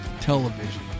television